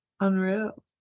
Unreal